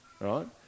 right